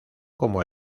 como